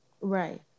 Right